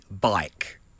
bike